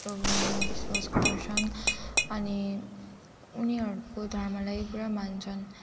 प्रभुमा विश्वास गर्छन् अनि उनीहरूको धर्मलाई पुरा मान्छन्